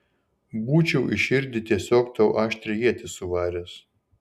būčiau į širdį tiesiog tau aštrią ietį suvaręs